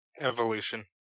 Evolution